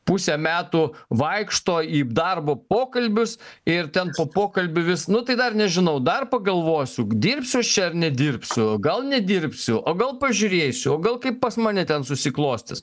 pusę metų vaikšto į darbo pokalbius ir ten po pokalbių vis nu tai dar nežinau dar pagalvosiu dirbsiu aš čia nedirbsiu gal nedirbsiu o gal pažiūrėsiu o gal kaip pas mane ten susiklostys